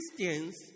Christians